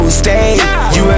stay